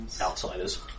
outsiders